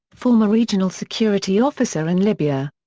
former regional security officer in libya.